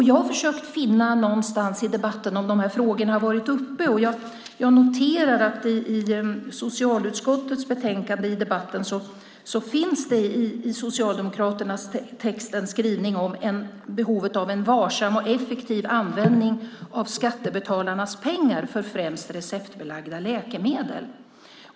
Jag har försökt finna de här frågorna någonstans i debatten och försökt se om de har varit uppe. Jag noterar att det i Socialdemokraternas text i socialutskottets betänkande finns en skrivning om behovet av en varsam och effektiv användning av skattebetalarnas pengar för främst receptbelagda läkemedel.